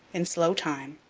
in slow time,